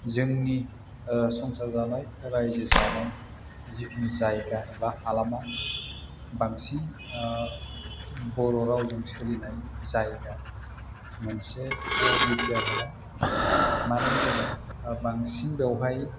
जोंनि संसार जानाय रायजो जानाय जिखिनि जायगा बा हालामाव बांसिन बर' रावजों सोलिनाय जायगा मोनसे बिटिआर हालाम मानो होनोबा बांसिन बेवहाय